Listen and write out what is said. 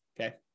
Okay